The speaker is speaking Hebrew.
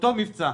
אותו מבצע.